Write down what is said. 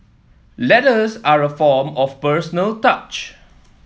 letters are a form of personal touch